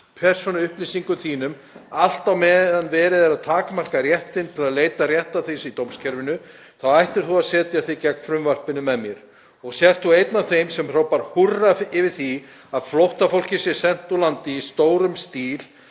persónuupplýsingum þínum allt á meðan verið er að takmarka rétt þinn til að leita réttar þíns í dómskerfinu, þá ættir þú að setja þig gegn frumvarpinu með mér. Og sért þú einn af þeim sem hrópar húrra yfir því að flóttafólk sé sent úr landi í stórum stíl